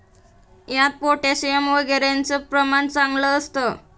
यात पोटॅशियम वगैरेचं प्रमाण चांगलं असतं